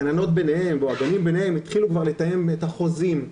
הגננות ביניהן או הגנים ביניהם התחילו לתאם את החוזים,